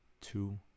two